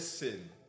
listen